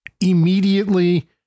immediately